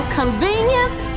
convenience